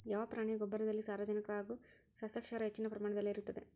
ಯಾವ ಪ್ರಾಣಿಯ ಗೊಬ್ಬರದಲ್ಲಿ ಸಾರಜನಕ ಹಾಗೂ ಸಸ್ಯಕ್ಷಾರ ಹೆಚ್ಚಿನ ಪ್ರಮಾಣದಲ್ಲಿರುತ್ತದೆ?